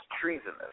treasonous